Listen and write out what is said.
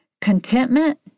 Contentment